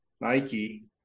Nike